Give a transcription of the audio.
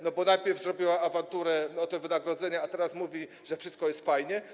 Najpierw zrobiła awanturę o te wynagrodzenia, a teraz mówi, że wszystko jest fajnie.